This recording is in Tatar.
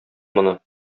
моны